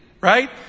right